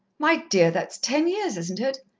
my dear, that's ten years, isn't it?